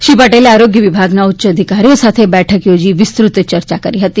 શ્રી પટેલે આરોગ્ય વિભાગના ઉચ્ય અધિકારીઓ સાથે બેઠક યોજી વિસ્તૃત યર્યા કરી હતી